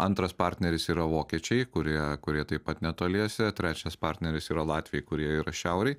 antras partneris yra vokiečiai kurie kurie taip pat netoliese trečias partneris yra latviai kurie yra šiaurėj